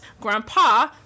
grandpa